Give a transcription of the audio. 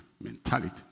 mentality